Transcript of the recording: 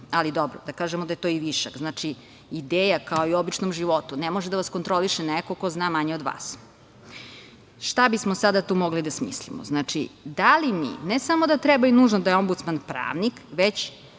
Dobro, da kažemo da je to višak, znači, ideja. Kao i u običnom životu, ne može da vas kontroliše neko ko zna manje od vas. Šta bismo sada tu mogli da smislimo? Ne samo da treba i nužno da je Ombudsman pravnik, već